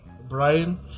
Brian